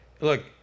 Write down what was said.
look